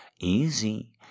Easy